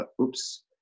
Oops